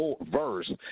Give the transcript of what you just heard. verse